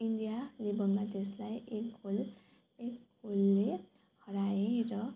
इन्डियाले बङ्ग्लादेशलाई एक गोल एक गोलले हराए र